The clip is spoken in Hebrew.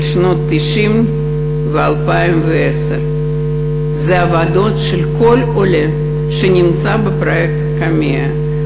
1990 2010". אלה העבודות של כל העולים שנמצאים בפרויקט קמ"ע,